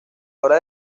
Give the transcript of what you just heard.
hora